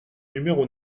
numéro